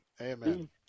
amen